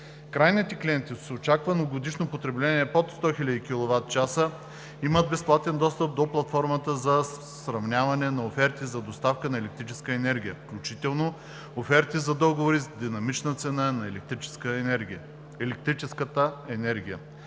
Крайните клиенти с очаквано годишно потребление под 100 000 kWh имат безплатен достъп до платформата за сравняване на оферти за доставка на електрическа енергия, включително оферти за договори с динамична цена на електрическата енергия.